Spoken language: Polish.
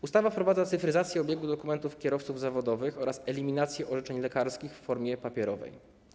Ustawa wprowadza cyfryzację obiegu dokumentów kierowców zawodowych oraz eliminację orzeczeń lekarskich w formie papierowej.